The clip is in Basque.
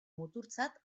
muturtzat